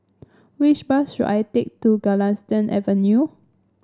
which bus should I take to Galistan Avenue